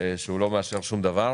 שהוא לא מאשר שום דבר.